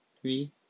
three